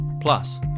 Plus